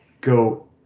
go